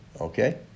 okay